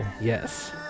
Yes